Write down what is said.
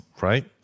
right